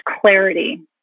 clarity